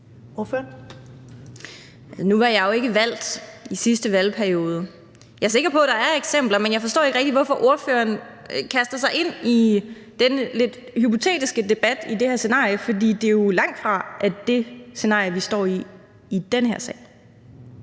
Nu var jeg jo ikke valgt i sidste valgperiode. Jeg er sikker på, at der er eksempler, men jeg forstår ikke rigtig, hvorfor ordføreren kaster sig ind i den lidt hypotetiske debat i det her scenarie, fordi det jo langtfra er det scenarie, vi står i i den her sag.